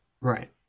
Right